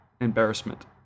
embarrassment